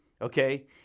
Okay